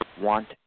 want